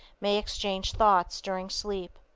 may exchange thoughts during sleep.